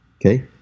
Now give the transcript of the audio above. Okay